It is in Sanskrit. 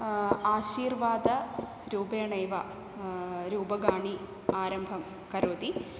आशीर्वादरूपेणैव रूपकाणि आरम्भं करोति